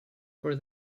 for